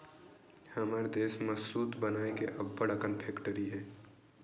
हमर देस म सूत बनाए के अब्बड़ अकन फेकटरी हे